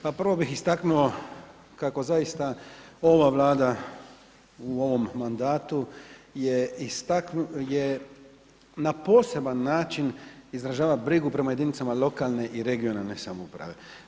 Pa prvo bih istaknuo kako zaista ova Vlada u ovom mandatu je, na poseban način izražava brigu prema jedinicama lokalne i regionalne samouprave.